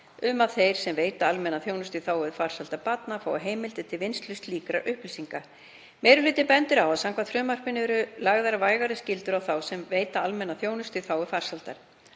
um að þeir sem veita almenna þjónustu í þágu farsældar barna fái heimildir til vinnslu slíkra upplýsinga. Meiri hlutinn bendir á að samkvæmt frumvarpinu eru lagðar vægari skyldur á þá sem veita almenna þjónustu í þágu farsældar,